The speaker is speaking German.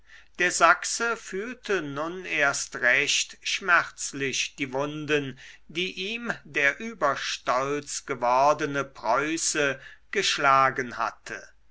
der sachse fühlte nun erst recht schmerzlich die wunden die ihm der überstolz gewordene preuße geschlagen hatte